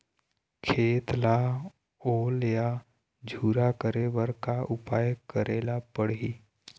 खेत ला ओल या झुरा करे बर का उपाय करेला पड़ही?